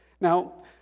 Now